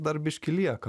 dar biškį lieka